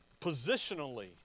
positionally